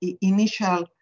initial